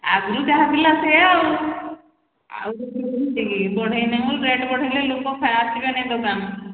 ଆଗରୁ ଯାହା ଥିଲା ସେୟା ଆଉ ବଢ଼େଇନି ରେଟ୍ ମୁଁ ବଢ଼େଇଲେ ଲୋକ ଆସିବେ ନାହିଁ ଦୋକାନ